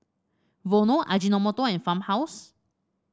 Vono Ajinomoto and Farmhouse